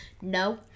no